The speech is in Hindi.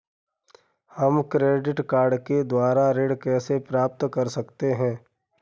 हम क्रेडिट कार्ड के द्वारा ऋण कैसे प्राप्त कर सकते हैं?